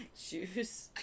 Shoes